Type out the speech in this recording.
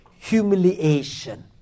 Humiliation